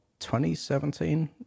2017